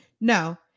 No